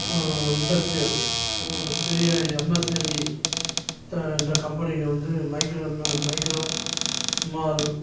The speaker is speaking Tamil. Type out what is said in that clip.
இண்டஸ்ட்ரியல் த்ரீ எம்எஸ்எம்இ தா இந்த கம்பனிங்க வந்து மைக்றோன்ன்ன மைக்ரோ ஸ்மால்